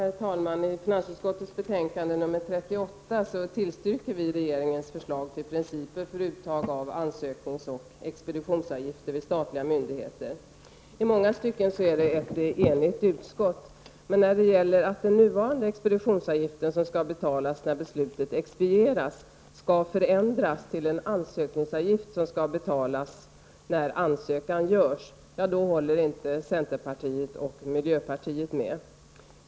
Herr talman! I finansutskottets betänkande nr 38 tillstyrker vi regeringens förslag till principer för uttag av ansökningsoch expeditionsavgifter vid statliga myndigheter. I många stycken är det ett enigt utskott. När det gäller att den nuvarande expeditionsavgiften, som skall betalas när beslutet expedieras, skall förändras till en ansökningsavgift, som skall betalas när ansökningen görs, håller emellertid inte centern och miljöpartiet med.